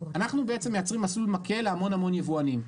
אנחנו מייצרים מסלול מקל להמון המון יבואנים,